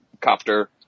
copter